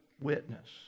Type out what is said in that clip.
witness